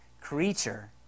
creature